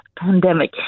pandemic